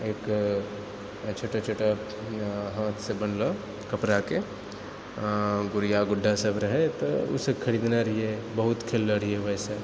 एक छोटा छोटा हाथसँ बनलो कपड़ाके गुड़िया गुड्डा सभ रहै तऽ ओ सभ खरिदने रहिऐ बहुत खेललो रहिऐ ओहिसँ